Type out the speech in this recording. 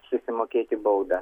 susimokėti baudą